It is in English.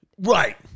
Right